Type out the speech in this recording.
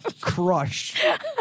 crushed